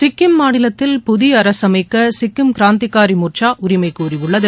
சிக்கிம் மாநிலத்தில் புதிய அரசு அமைக்க சிக்கிம் கிராந்திகாரி மோர்ச்சா உரிமை கோரியுள்ளது